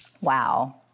Wow